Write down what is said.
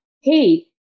Hey